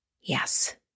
Yes